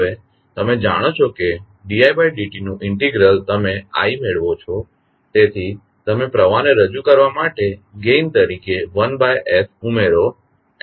હવે તમે જાણો છો કે d id t નું ઇન્ટિગ્રલ તમે i મેળવો છો તેથી તમે પ્રવાહને રજૂ કરવા માટે ગેઇન તરીકે 1s ઉમેરો